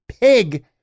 pig